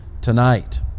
tonight